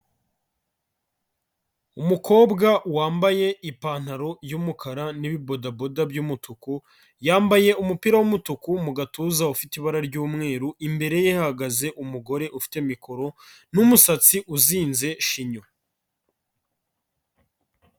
Umukobwa wambaye ipantaro y'umukara n'ibibodaboda by'umutuku, yambaye umupira w'umutuku mu gatuza ufite ibara ry'umweru, imbere ye hahagaze umugore ufite mikoro n'umusatsi uzinze shinyo.